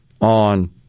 on